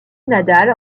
nadal